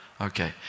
Okay